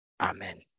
Amen